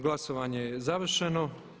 Glasovanje je završeno.